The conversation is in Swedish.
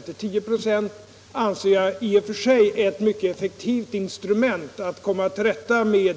till 10 "+ anser jag i och för sig är ett mycket effektivt instrument för att komma till rätta med